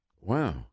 Wow